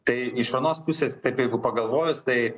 tai iš vienos pusės taip jeigu pagalvojus tai